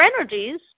energies